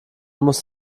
musst